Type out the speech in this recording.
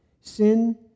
sin